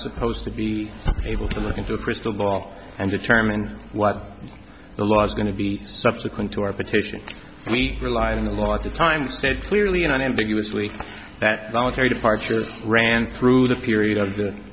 supposed to be able to look into a crystal ball and determine what the law is going to be subsequent to our petition we relied on a lot of time state clearly and unambiguously that voluntary departure ran through the period